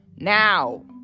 Now